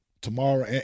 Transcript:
tomorrow